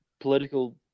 political